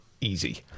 easy